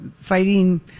fighting